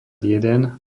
jeden